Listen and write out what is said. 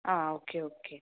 आं okay okay